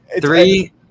Three